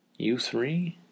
U3